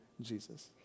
Jesus